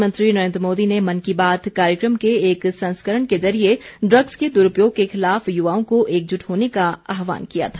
प्रधानमंत्री नरेन्द्र मोदी ने मन की बात कार्यक्रम के एक संस्करण के जरिए ड्रग्स के दुरुपयोग के खिलाफ युवाओं को एकजुट होने का आह्वान किया था